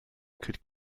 could